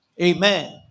Amen